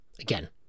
Again